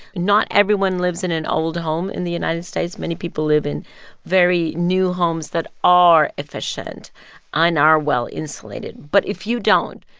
not everyone lives in an old home in the united states. many people live in very new homes that are efficient and are well-insulated. but if you don't,